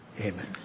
Amen